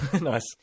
Nice